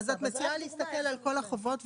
את מציעה להסתכל על כל החובות.